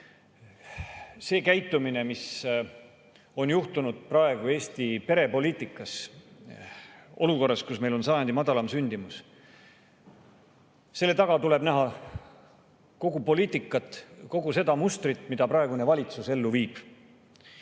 See käitumine, mis on praegu Eesti perepoliitika suhtes olukorras, kus meil on sajandi madalaim sündimus, selle taga tuleb näha kogu poliitikat, kogu seda mustrit, mida praegune valitsus [kujundab].